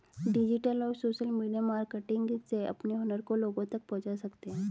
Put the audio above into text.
digital और social media marketing से अपने हुनर को लोगो तक पहुंचा सकते है